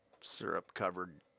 syrup-covered